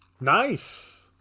Nice